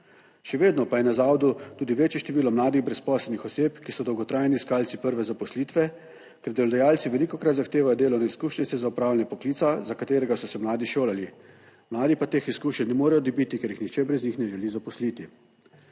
Še vedno pa je na zavodu tudi večje število mladih brezposelnih oseb, ki so dolgotrajni iskalci prve zaposlitve, ker delodajalci velikokrat zahtevajo delovne izkušnje za opravljanje poklica, za katerega so se mladi šolali, mladi pa teh izkušenj ne morejo dobiti, ker jih nihče brez njih ne želi zaposliti.